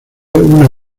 una